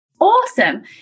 Awesome